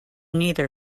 neither